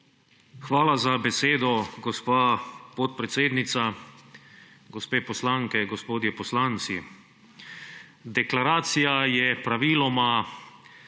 Hvala za besedo, gospa podpredsednica. Gospe poslanke, gospodje poslanci! Deklaracija je praviloma